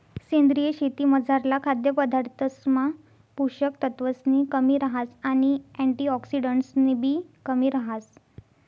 सेंद्रीय शेतीमझारला खाद्यपदार्थसमा पोषक तत्वसनी कमी रहास आणि अँटिऑक्सिडंट्सनीबी कमी रहास